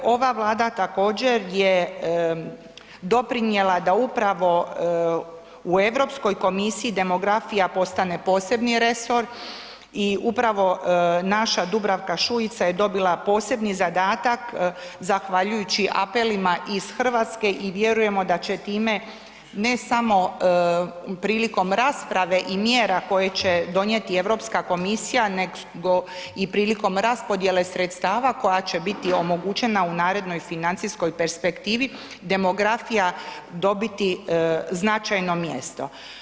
Ova Vlada također, je doprinijela da upravo u EU komisiji demografija postane posebni resor i upravo naša Dubravka Šuica je dobila posebni zadatak zahvaljujući apelima iz Hrvatske i vjerujemo da će time, ne samo prilikom rasprave i mjera koje će donijeti EU komisija nego i prilikom raspodijele sredstava koja će biti omogućena u narednoj financijskoj perspektivi, demografija dobiti značajno mjesto.